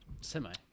Semi